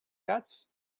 gats